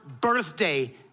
birthday